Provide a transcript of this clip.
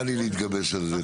בא לי להתגבש על זה.